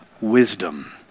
Wisdom